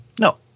No